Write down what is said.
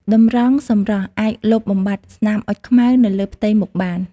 តម្រងសម្រស់អាចលុបបំបាត់ស្នាមអុចខ្មៅនៅលើផ្ទៃមុខបាន។